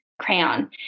crayon